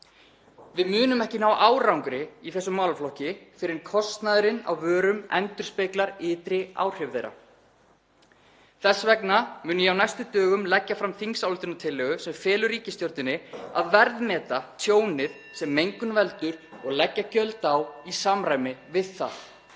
Við munum ekki ná árangri í þessum málaflokki fyrr en kostnaðurinn á vörum endurspeglar ytri áhrif þeirra. Þess vegna mun ég á næstu dögum leggja fram þingsályktunartillögu sem felur ríkisstjórninni að verðmeta tjónið sem mengun veldur og leggja gjöld á í samræmi við það.